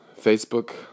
Facebook